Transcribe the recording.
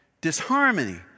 disharmony